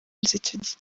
washinze